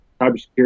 cybersecurity